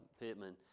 Pittman